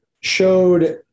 showed